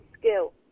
skill